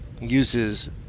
uses